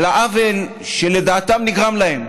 על העוול שלדעתם נגרם להם,